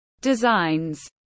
designs